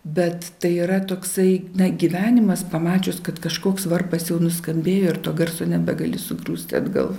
bet tai yra toksai gyvenimas pamačius kad kažkoks varpas jau nuskambėjo ir to garso nebegali sugrūsti atgal